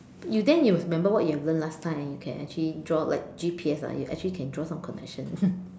you then will remember what you learnt last time and then you can actually draw like G_P_S ah you actually can draw some connection